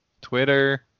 Twitter